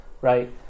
right